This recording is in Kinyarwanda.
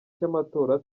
cy’amatora